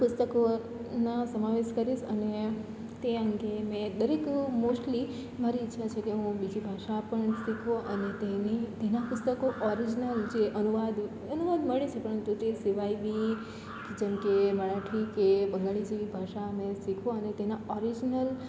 પુસ્તકોમાં સમાવેશ કરીશ અને તે અંગે મેં દરેક મોસ્ટલી મારી ઈચ્છા છે કે હું બીજી ભાષા પણ શીખું અને તેની તેના પુસ્તકો ઓરીજનલ જે અનુવાદ અનુવાદ મળે છે પરંતુ તે સિવાય બી કે જેમ કે મરાઠી કે બંગાળી જેવી ભાષા અને શીખવા અને તેના ઓરીજનલ